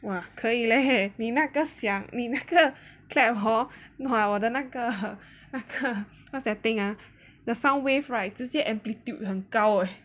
哇可以嘞你那个 sia 你那个 clap hor !wah! 我的那个 what's that thing ah the sound wave right 直接 amplitude 很高 eh